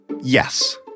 Yes